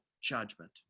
judgment